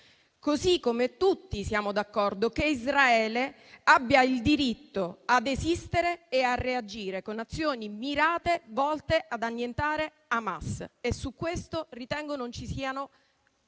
Così come tutti siamo d'accordo che Israele abbia il diritto ad esistere e a reagire con azioni mirate volte ad annientare Hamas. Su questo ritengo non ci siano